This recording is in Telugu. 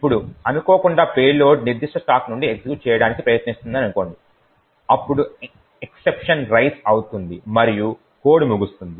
ఇప్పుడు అనుకోకుండా పేలోడ్ నిర్దిష్ట స్టాక్ నుండి ఎగ్జిక్యూట్ చేయడానికి ప్రయత్నిస్తుందని అనుకోండి అప్పుడు ఎక్సెప్షన్ రైస్ అవుతుంది మరియు కోడ్ ముగుస్తుంది